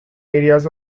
areas